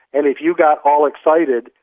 and if you got all excited,